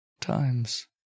times